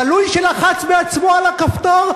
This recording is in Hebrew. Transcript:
תלוי שלחץ בעצמו על הכפתור,